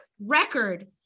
record